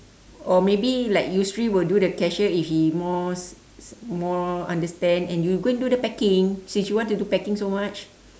or maybe like yusri will do the cashier if he more more understand and you go and do the packing since you want to do packing so much